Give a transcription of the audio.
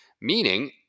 meaning